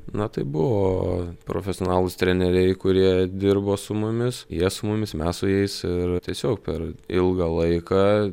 na tai buvo profesionalūs treneriai kurie dirbo su mumis jie su mumis mes su jais ir tiesiog per ilgą laiką